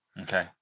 Okay